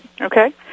Okay